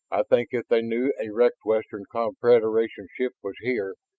think if they knew a wrecked western confederation ship was here,